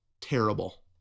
terrible